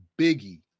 Biggie